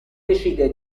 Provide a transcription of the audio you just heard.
decide